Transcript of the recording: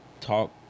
talk